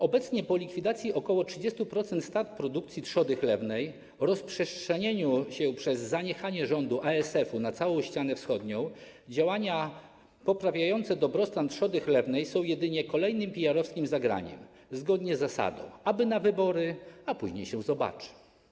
Obecnie po likwidacji 30% stad w przypadku produkcji trzody chlewnej i rozprzestrzenieniu się przez zaniechanie rządu ASF-u na całą ścianę wschodnią działania poprawiające dobrostan trzody chlewnej są jedynie kolejnym PR-owskim zagraniem zgodnie z zasadą: aby do wyborów, a później się zobaczy.